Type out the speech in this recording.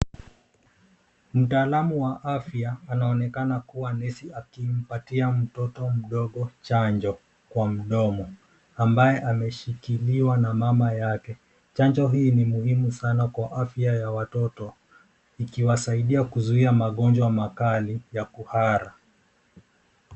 Mtaalamu wa afya, anaonekana kuwa nesi, akimpatia mtoto mdogo chanjo kwa mdomo ambaye ameshikiliwa na mama yake. Chanjo hii ni muhimu sana kwa afya ya watoto ikiwasaidia kuzuia magonjwa makali ya kuhara.